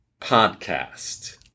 podcast